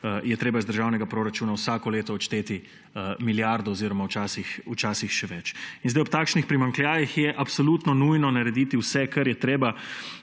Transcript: je treba iz državnega proračuna vsako leto odšteti milijardo oziroma včasih še več. Ob takšnih primanjkljajih je absolutno nujno narediti vse, kar je treba,